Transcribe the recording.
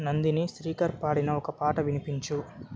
నందిని శ్రీకర్ పాడిన ఒక పాట వినిపించు